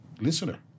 listener